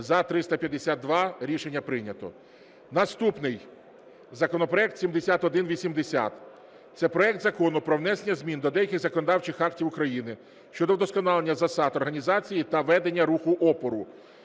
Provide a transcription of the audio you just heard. За – 352 Рішення прийнято. Наступний законопроект 7180 – це проект Закону про внесення змін до деяких законодавчих актів України щодо вдосконалення засад організації та ведення руху опору.